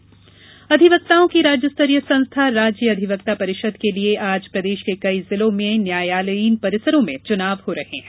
अधिवक्ता परिषद चुनाव अधिवक्ताओं की राज्यस्तरीय संस्था राज्य अधिवक्ता परिषद के लिए आज प्रदेष के सभी जिलों के न्यायालयीन परिसरों में चुनाव हो रहे हैं